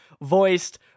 voiced